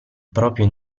proprio